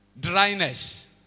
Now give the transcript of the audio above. dryness